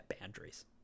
boundaries